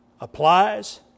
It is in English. applies